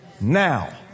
now